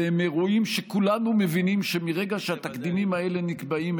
ואלה אירועים שכולנו מבינים שמרגע שהתקדימים האלה נקבעים,